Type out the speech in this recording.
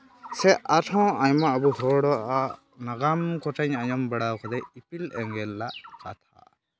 ᱥᱮ ᱟᱨᱦᱚᱸ ᱟᱭᱢᱟ ᱟᱵᱚ ᱦᱚᱲᱟᱜ ᱱᱟᱜᱟᱢ ᱠᱚᱴᱷᱮᱱ ᱤᱧ ᱟᱸᱡᱚᱢ ᱵᱟᱲᱟ ᱟᱠᱟᱫᱟᱹᱧ ᱤᱯᱤᱞ ᱮᱸᱜᱮᱞ ᱟᱜ ᱠᱟᱛᱷᱟ